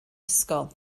ysgol